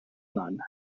none